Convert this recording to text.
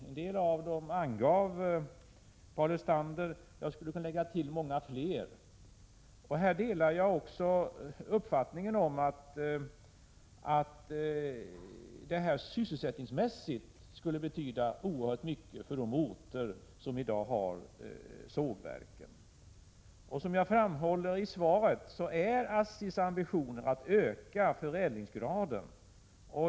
En del av dem angav Paul Lestander. Jag skulle kunna lägga till många fler. Här delar jag också uppfattningen att detta sysselsättningsmässigt skulle betyda oerhört mycket för de orter som i dag har sågverk. Som jag framhåller i svaret är ASSI:s ambitioner att öka förädlingsgraden.